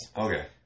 Okay